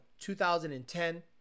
2010